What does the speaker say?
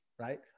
right